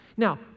Now